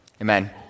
Amen